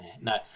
no